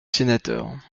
sénateur